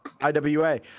IWA